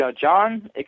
John